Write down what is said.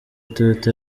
toyota